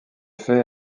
fait